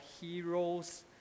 heroes